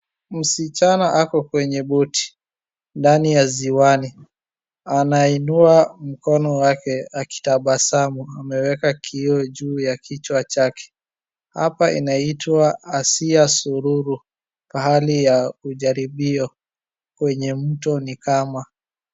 Msichana ako kwenye boti ndani ya ziwani. Anainua mkono wake akitabasamu, ameweka kioo juu ya kichwa chake. Hapa inaitwa Asiya Sururu pahali ya ujaribio wenye mto ni kama.